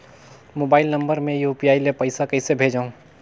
Mobile number मे UPI ले पइसा कइसे भेजवं?